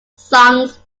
songs